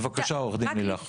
בבקשה, עורכת הדין לילך.